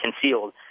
concealed